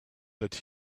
that